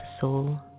soul